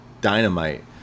Dynamite